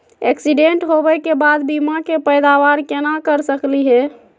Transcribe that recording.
Accident होवे के बाद बीमा के पैदावार केना कर सकली हे?